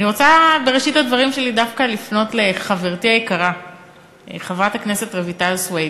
אני רוצה בראשית דברי דווקא לפנות לחברתי היקרה חברת הכנסת רויטל סויד.